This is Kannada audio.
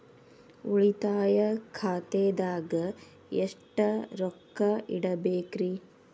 ಉಳಿತಾಯ ಖಾತೆದಾಗ ಎಷ್ಟ ರೊಕ್ಕ ಇಡಬೇಕ್ರಿ?